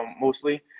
mostly